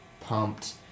pumped